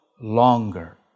longer